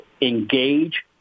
engage